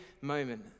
moment